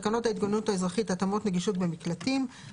תקנות ההתגוננות האזרחית (התאמות נגישות במקלטיםׁׂ),